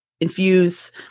infuse